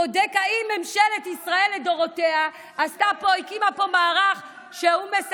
בודק אם ממשלת ישראל לדורותיה הקימה פה מערך שהוא,